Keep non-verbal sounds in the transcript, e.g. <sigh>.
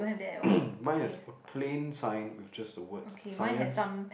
<coughs> mine is a plain sign with just the word Science